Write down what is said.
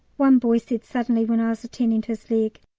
one boy said suddenly, when i was attending to his leg,